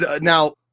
Now